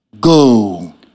go